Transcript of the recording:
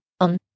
on